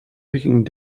picking